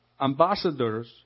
ambassadors